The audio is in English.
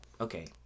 okay